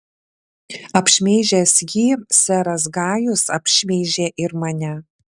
apšmeižęs jį seras gajus apšmeižė ir mane